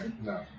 No